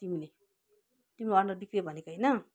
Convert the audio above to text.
तिमीले तिम्रो अनुहार बिग्रियो भनेको होइन